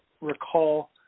recall